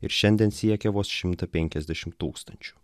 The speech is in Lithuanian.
ir šiandien siekia vos šimtą penkiasdešim tūkstančių